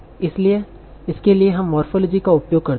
इसके लिए हम मोरफ़ोलॉजी का उपयोग करते हैं